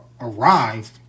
arrived